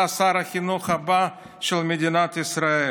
אתה שר החינוך הבא של מדינת ישראל.